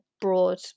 broad